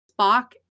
Spock